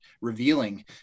revealing